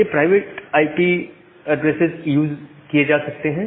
ये private addresses reuse किए जा सकते हैं